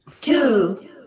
Two